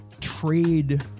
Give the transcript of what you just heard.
trade